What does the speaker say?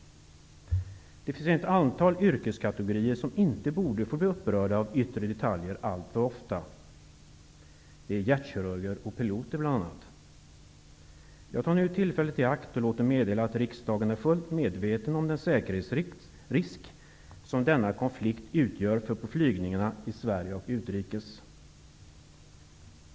Det finns ett antal yrkeskategorier som inte borde få bli upprörda av yttre detaljer alltför ofta. Det är bl.a. Jag tar nu tillfället i akt och låter meddela att riksdagen är fullt medveten om den säkerhetsrisk som denna konflikt utgör på flygningarna i Sverige och utrikes.